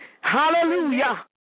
Hallelujah